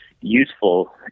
useful